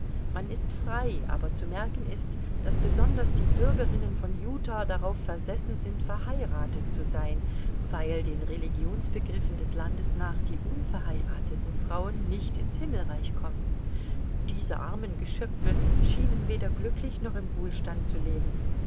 man ist frei aber zu merken ist daß besonders die bürgerinnen von utah darauf versessen sind verheiratet zu sein weil den religionsbegriffen des landes nach die unverheirateten frauen nicht in's himmelreich kommen diese armen geschöpfe schienen weder glücklich noch im wohlstand zu leben